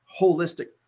holistic